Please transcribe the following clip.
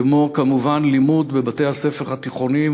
כמו כמובן לימוד בבתי-הספר התיכוניים